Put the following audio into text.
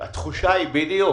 בדיוק.